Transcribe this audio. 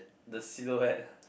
the silhouette